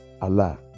allah